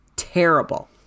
terrible